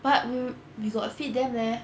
but we we got a feed them leh